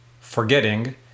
forgetting